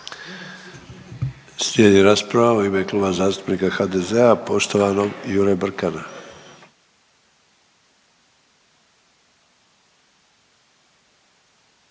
Slijedi rasprava u ime Kluba zastupnika HDZ-a poštovanog Jure Brkana.